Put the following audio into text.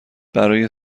برای